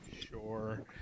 Sure